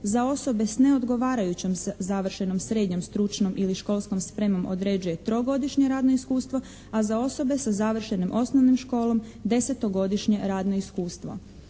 Za osobe s neodgovarajućom završenom srednjom stručnom ili školskom spremom određuje trogodišnje radno iskustvo a za osobe sa završenom osnovnom školom desetogodišnje radno iskustvo.